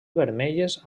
vermelles